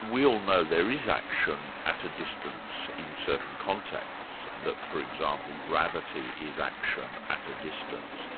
we all know there is action at a distance in certain contexts, that for example gravity is action at a distance.